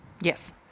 Yes